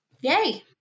yay